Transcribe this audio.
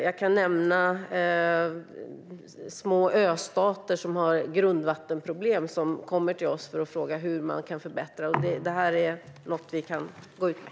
Jag kan nämna små östater som har grundvattenproblem och som kommer till oss för att fråga hur man kan förbättra. Detta är något vi kan gå ut med.